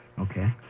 Okay